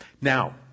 Now